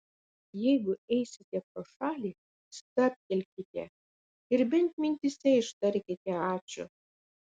jeigu eisite pro šalį stabtelėkite ir bent mintyse ištarkite ačiū